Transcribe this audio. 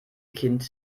kind